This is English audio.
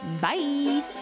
Bye